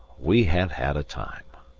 we have had a time.